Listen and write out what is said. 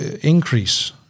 increase